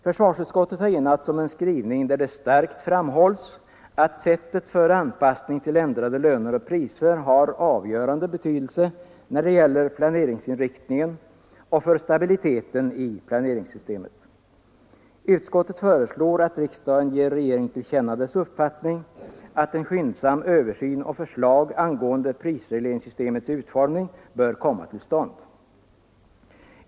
Försvarsutskottet har enats om en skrivning där det starkt framhålles att sättet för anpassning till ändrade löner och priser har avgörande betydelse när det gäller planeringsinriktningen och för stabiliteten i planeringssystemet. Utskottet föreslår att riksdagen ger regeringen till känna dess uppfattning, att en skyndsam översyn och förslag angående prisregleringssystemets utformning bör komma till stånd.